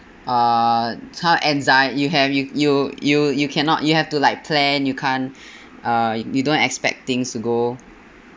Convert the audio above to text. uh some anxie~ you have you you you you cannot you have to like plan you can't uh you don't expect things to go